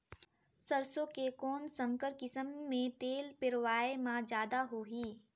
सरसो के कौन संकर किसम मे तेल पेरावाय म जादा होही?